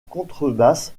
contrebasse